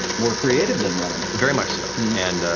more creative than running. very much so. and